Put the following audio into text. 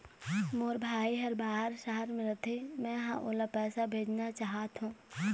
मोर भाई हर बाहर शहर में रथे, मै ह ओला पैसा भेजना चाहथों